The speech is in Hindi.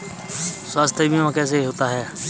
स्वास्थ्य बीमा कैसे होता है?